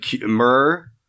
Mur-